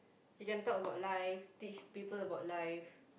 you can talk about life teach people about life